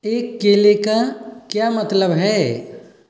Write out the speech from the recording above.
एक केले का क्या मतलब है